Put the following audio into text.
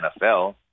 NFL